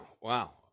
wow